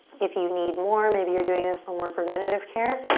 if you need more, maybe you're doing this for more preventative care,